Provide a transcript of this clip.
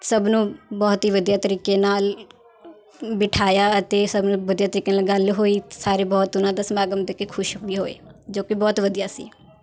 ਸਭ ਨੂੰ ਬਹੁਤ ਹੀ ਵਧੀਆ ਤਰੀਕੇ ਨਾਲ ਬਿਠਾਇਆ ਅਤੇ ਸਭ ਨੂੰ ਵਧੀਆ ਤਰੀਕੇ ਨਾਲ ਗੱਲ ਹੋਈ ਸਾਰੇ ਬਹੁਤ ਉਨ੍ਹਾਂ ਦਾ ਸਮਾਗਮ ਦੇਖ ਕੇ ਖੁਸ਼ ਵੀ ਹੋਏ ਜੋ ਕਿ ਬਹੁਤ ਵਧੀਆ ਸੀ